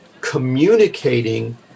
communicating